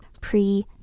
pre